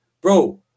Bro